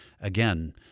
Again